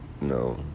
No